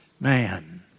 man